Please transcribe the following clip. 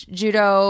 judo